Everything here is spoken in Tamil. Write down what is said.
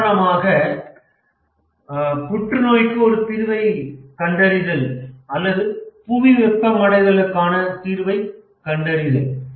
உதாரணமாக புற்றுநோய்க்கு ஒரு தீர்வைக் கண்டறிதல் அல்லது புவி வெப்பமடைதலுக்கான தீர்வைக் கண்டறிதல்